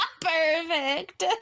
Perfect